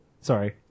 Sorry